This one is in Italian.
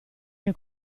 che